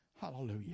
Hallelujah